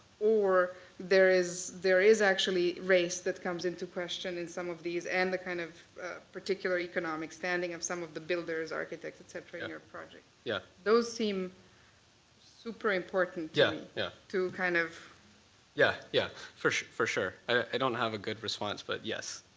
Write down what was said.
or there is there is actually race that comes into question in some of these, and the kind of particular economic standing of some of the builders, architects, et cetera ah in your project. yeah. those seem super important yeah yeah to me to kind of yeah, yeah. for for sure. i don't have a good response, but yes,